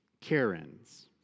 Karens